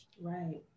Right